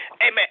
Amen